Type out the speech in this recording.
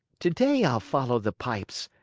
today i'll follow the pipes,